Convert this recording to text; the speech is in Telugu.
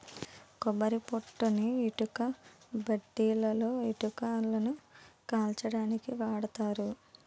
కొబ్బరి పొట్టుని ఇటుకబట్టీలలో ఇటుకలని కాల్చడానికి వాడతారు